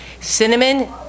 Cinnamon